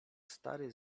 stary